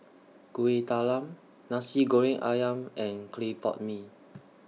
Kuih Talam Nasi Goreng Ayam and Clay Pot Mee